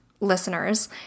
listeners